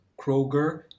Kroger